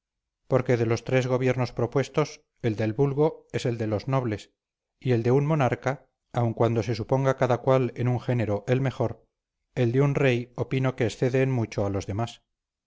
porque de los tres gobiernos propuestos el del vulgo el de los nobles y el de un monarca aun cuando se suponga cada cual en un género el mejor el de un rey opino que excede en mucho a los demás